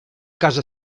casa